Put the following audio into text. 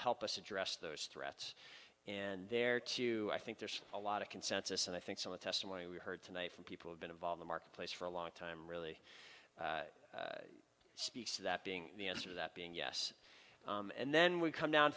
help us address those threats and there too i think there's a lot of consensus and i think some the testimony we heard tonight from people who've been involved the marketplace for a long time really speaks to that being the answer to that being yes and then we come down